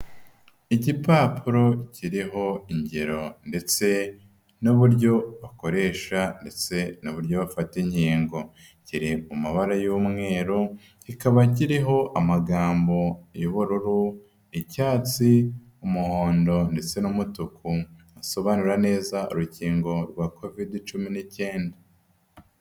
Igipapuro kiriho ingero ndetse n'uburyo bakoresha ndetse n'uburyo bafata inkingo, kiri mu mabara y'umweru kikaba kiriho amagambo y'ubururu, icyatsi, umuhondo ndetse n'umutuku asobanura neza urukingo rwa covide cumi ni'icyenda.